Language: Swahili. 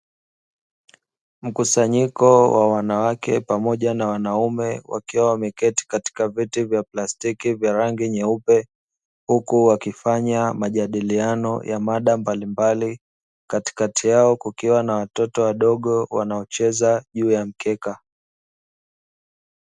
Mkusanyiko wa wanawake pamoja na wanaume, wakiwa wameketi katika viti vya plastiki vya rangi nyeupe, huku wakifanya majadiliano ya mada mbalimbali, katikati yao kukiwa na watoto wadogo wanaocheza juu ya mkeka.